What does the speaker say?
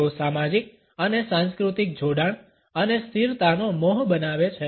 તેઓ સામાજિક અને સાંસ્કૃતિક જોડાણ અને સ્થિરતાનો મોહ બનાવે છે